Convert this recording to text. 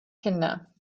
kinder